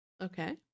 Okay